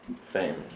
famous